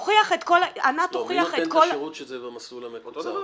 ענת תוכיח את כל --- מי נותן את השירות כשזה במסלול המקוצר,